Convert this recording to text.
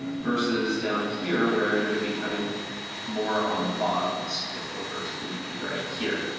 versus down here where you're gonna be cutting more on the bottom. let's get over to maybe right here.